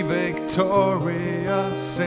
victorious